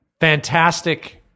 Fantastic